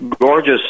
gorgeous